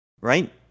right